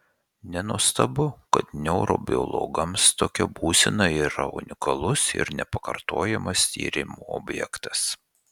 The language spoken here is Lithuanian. nenuostabu kad neurobiologams tokia būsena yra unikalus ir nepakartojamas tyrimų objektas